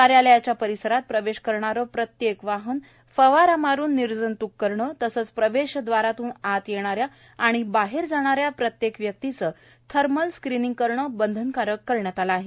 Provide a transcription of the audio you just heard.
कार्यालयाच्या परिसरात प्रवेश करणारं प्रत्येक वाहन फवारा मारून निर्जंत्क करणं तसंच प्रवेश द्वारातून आत येणाऱ्या आणि बाहेर जाणाऱ्या प्रत्येक व्यक्तीचं थर्मल स्क्रिनिंग करणं बंधनकारक करण्यात आलं आहे